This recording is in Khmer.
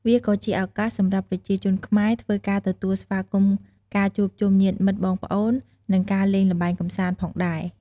វាក៏ជាឱកាសសម្រាប់ប្រជាជនខ្មែរធ្វើការទទួលស្វាគមន៍ការជួបជុំញ្ញាតិមិត្តបងប្អូន និងការលេងល្បែងកំសាន្តផងដែរ។